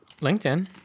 LinkedIn